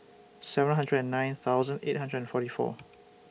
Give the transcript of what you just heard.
seven hundred and nine thousand eight hundred and forty four